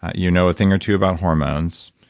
you know a thing or two about hormones.